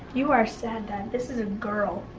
you are sad dad. this is a girl.